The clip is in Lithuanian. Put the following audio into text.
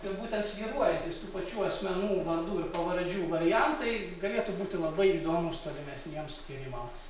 ir būtent svyruojantys tų pačių asmenų vardų ir pavardžių variantai galėtų būti labai įdomūs tolimesniems tyrimams